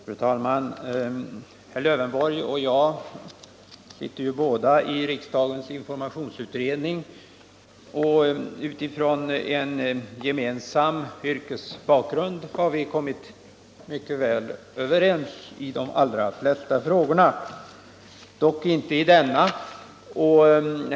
Fru talman! Herr Lövenborg och jag sitter båda i riksdagens informationsutredning, och utifrån en gemensam yrkesbakgrund har vi kommit mycket väl överens i de allra flesta frågorna, dock inte i denna.